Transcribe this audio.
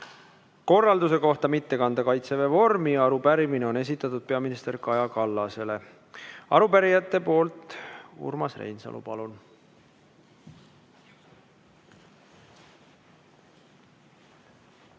korralduse kohta mitte kanda Kaitseväe vormi. Arupärimine on esitatud peaminister Kaja Kallasele. Arupärijate nimel, Urmas Reinsalu, palun! Viis